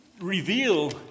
reveal